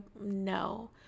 no